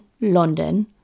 London